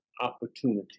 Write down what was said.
opportunity